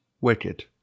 wicked